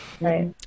right